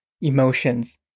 emotions